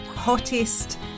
hottest